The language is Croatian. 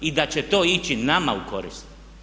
I da će to ići nama u korist.